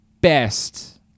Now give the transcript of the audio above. best